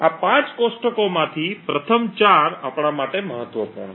આ 5 કોષ્ટકોમાંથી પ્રથમ 4 આપણા માટે મહત્વપૂર્ણ છે